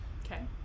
Okay